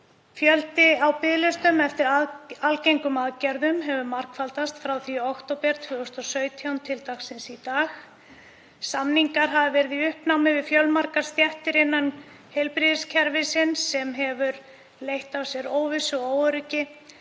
Fjöldi á biðlistum eftir algengum aðgerðum hefur margfaldast frá því í október 2017 til dagsins í dag. Samningar hafa verið í uppnámi við fjölmargar stéttir innan heilbrigðiskerfisins sem hefur leitt af sér óvissu og óöryggi